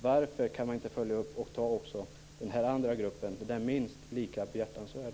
Varför kan man inte följa upp och ta också den andra gruppen? Den är minst lika behjärtansvärd.